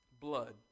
blood